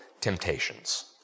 temptations